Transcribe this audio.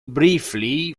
briefly